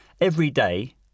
everyday